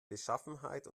beschaffenheit